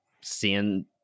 seeing